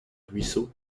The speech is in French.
ruisseau